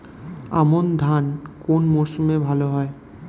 আমন ধান কোন মরশুমে ভাল হয়?